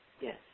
yes